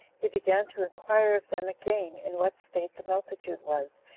he began to inquire of them again in what state the multitude was,